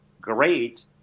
Great